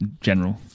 general